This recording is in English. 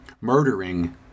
murdering